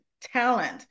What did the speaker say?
talent